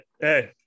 hey